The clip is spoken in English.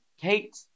Kate